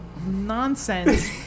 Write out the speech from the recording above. nonsense